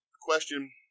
question